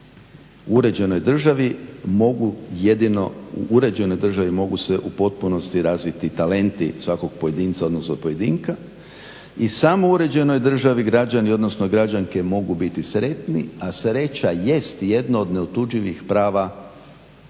U uređenoj državi mogu jedino se u potpunosti razviti talenti svakog pojedinca, odnosno pojedinke i samo u uređenoj državi građani, odnosno građanke mogu biti sretni, a sreća jest jedno od neotuđivih prava